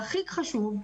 והכי חשוב,